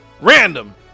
Random